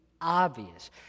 obvious